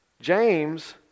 James